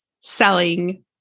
selling